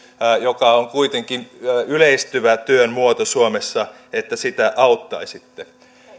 joka on kuitenkin yleistyvä työn muoto suomessa auttaisitte